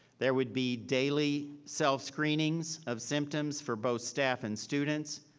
there would be daily self screenings of symptoms for both staff and students.